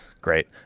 great